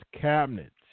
cabinet